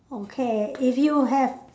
okay if you have